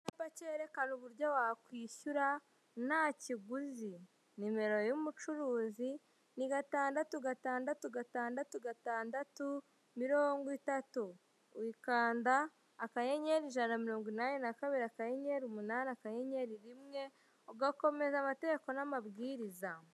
Icyapa kerekana uburyo wakishyura ntakiguzi nimero y'umucuruzi ni gatandatu gatandatu gatandatu gatandatu mirongo itatu, ukanda akanyenyeri ijana namirongo inani nakabiri akanyenyeri umunani akanyenyeri rimwe, ugakomeza amategeko n'amabwiriza.